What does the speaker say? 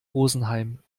rosenheim